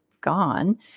gone